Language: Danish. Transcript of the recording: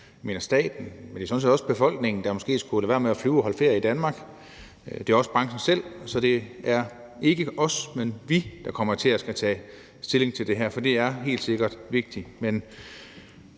og staten, men det er sådan set også befolkningen, der måske skulle lade være med at flyve og i stedet holde ferie i Danmark; det er også branchen selv. Så det er ikke »os«, men »vi«, der kommer til at skulle tage stilling til det her, for det er helt sikkert vigtigt.